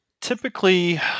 Typically